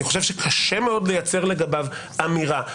אני חושב שקשה מאוד לייצר לגביו אמירה.